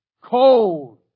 cold